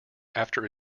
after